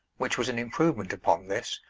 which was an improvement upon this,